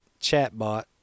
chatbot